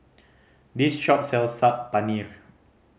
this shop sells Saag Paneer